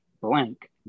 blank